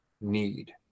need